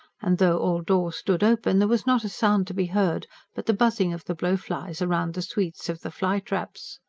and though all doors stood open, there was not a sound to be heard but the buzzing of the blowflies round the sweets of the flytraps.